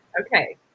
okay